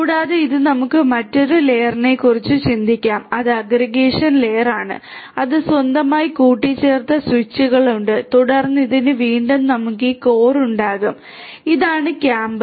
കൂടാതെ ഇത് നമുക്ക് മറ്റൊരു ലെയറിനെക്കുറിച്ച് ചിന്തിക്കാം അത് അഗ്രഗേഷൻ ലെയറാണ് അത് സ്വന്തമായി കൂട്ടിച്ചേർത്ത സ്വിച്ചുകളുണ്ട് തുടർന്ന് ഇതിന് വീണ്ടും നമുക്ക് ഈ കോർ ഉണ്ടാകും ഇതാണ് കാമ്പ്